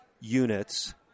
units